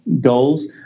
goals